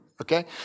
Okay